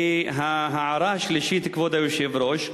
וההערה השלישית, כבוד היושב-ראש,